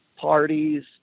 parties